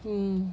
hmm